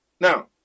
now